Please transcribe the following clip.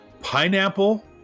pineapple